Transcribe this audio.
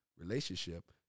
relationship